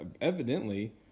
evidently